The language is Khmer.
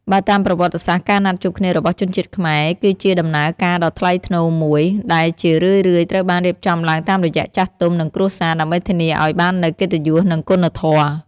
បើតាមប្រវត្តិសាស្ត្រ ការណាត់ជួបគ្នារបស់ជនជាតិខ្មែរគឺជាដំណើរការដ៏ថ្លៃថ្នូរមួយ ដែលជារឿយៗត្រូវបានរៀបចំឡើងតាមរយៈចាស់ទុំ និងគ្រួសារ ដើម្បីធានាឱ្យបាននូវ "កិត្តិយស" និង "គុណធម៌"។